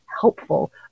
helpful